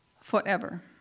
forever